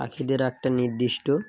পাখিদের একটা নির্দিষ্ট